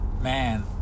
man